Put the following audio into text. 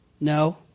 No